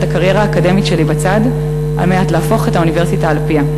הקריירה האקדמית שלי בצד כדי להפוך את האוניברסיטה על פיה.